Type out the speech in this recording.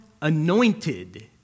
anointed